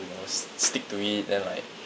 you know st~ stick to it then like